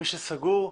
מי שסגור,